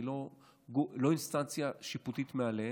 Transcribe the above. אני לא אינסטנציה שיפוטית מעליהם.